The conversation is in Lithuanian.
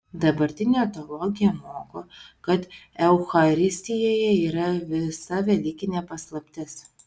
dabartinė teologija moko kad eucharistijoje yra visa velykinė paslaptis